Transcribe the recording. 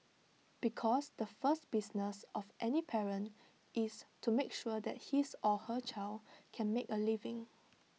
because the first business of any parent is to make sure that his or her child can make A living